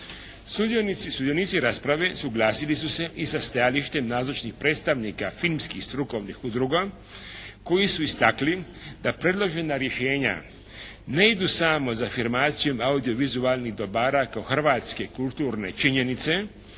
Sudionici rasprave suglasili su se i sa stajalištem nazočnih predstavnika filmskih strukovnih udruga koji su istakli da predložena rješenja ne idu samo za afirmacijom audiovizualnih dobara kao hrvatske kulturne činjenice